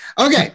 Okay